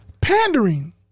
Pandering